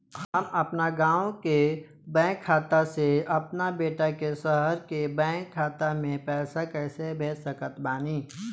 हम अपना गाँव के बैंक खाता से अपना बेटा के शहर के बैंक खाता मे पैसा कैसे भेज सकत बानी?